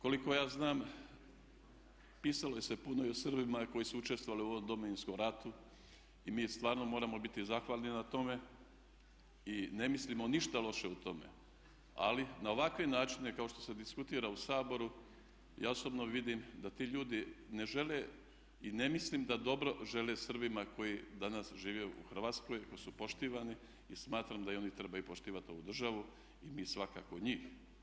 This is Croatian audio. Koliko ja znam pisalo se je puno i o Srbima koji su učestvovali u ovom Domovinskom ratu i mi stvarno moramo biti zahvalni na tome i ne mislimo ništa loše u tome, ali na ovakve načine kao što se diskutira u Saboru ja osobno vidim da ti ljudi ne žele i ne mislim da dobro žele Srbima koji danas žive u Hrvatskoj i koji su poštivani i smatram da i oni trebaju poštivati ovu državu i mi svakako njih.